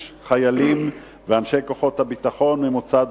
חיילים ואנשי כוחות הביטחון ממוצא דרוזי,